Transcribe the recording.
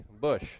bush